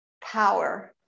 power